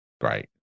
Great